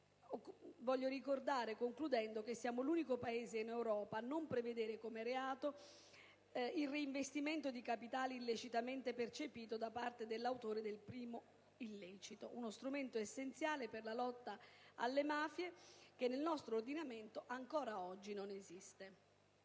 desidero ricordare che siamo l'unico Paese in Europa a non prevedere come reato il reinvestimento di capitale illecitamente percepito da parte dell'autore del primo illecito: si tratta di uno strumento essenziale per la lotta alle mafie, che nel nostro ordinamento ancora oggi non esiste.